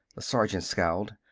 the sergeant scowled.